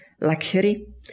luxury